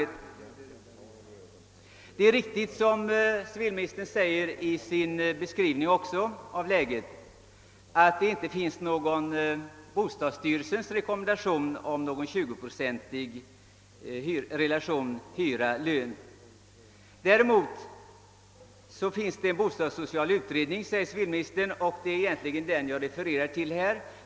Det är också riktigt att det — som civilministern säger i sin beskrivning av läget — inte finns någon bostadsstyrelsens rekommendation om någon 20-procentig relation hyra—lön. Däremot finns en bostadssocial utredning, säger civilministern, och det är egentligen den jag refererar till.